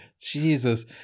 Jesus